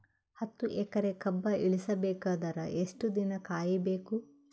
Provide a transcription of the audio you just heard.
ಹತ್ತು ಎಕರೆ ಕಬ್ಬ ಇಳಿಸ ಬೇಕಾದರ ಎಷ್ಟು ದಿನ ಕಾಯಿ ಬೇಕು?